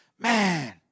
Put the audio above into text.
Man